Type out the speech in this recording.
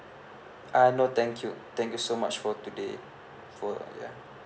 ah no thank you thank you so much for today for ya